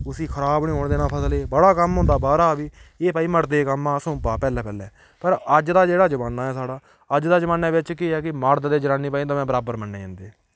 उसी खराब नी होन देना फसलै गी बड़ा कम्म होंदा बाह्रा बी एह् भाई मर्दें कम्म हा सौंपा पैह्ले पैह्ले पर अज्ज दा जेह्ड़ा जमाना ऐ साढ़ा अज्ज दे जमाने बिच्च केह् ऐ कि मर्द ते जनानी भाई दवैं बराबर मन्ने जन्दे